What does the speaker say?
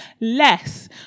less